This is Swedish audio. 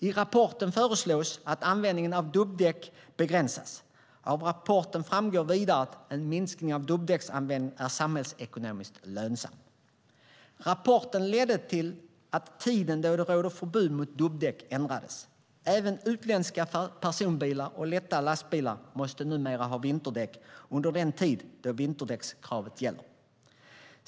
I rapporten föreslås att användningen av dubbdäck begränsas. Av rapporten framgår vidare att en minskning av dubbdäcksanvändningen är samhällsekonomiskt lönsam. Rapporten ledde till att tiden då det råder förbud mot dubbdäck ändrades. Även utländska personbilar och lätta lastbilar måste numera ha vinterdäck under den tid då vinterdäckskravet gäller.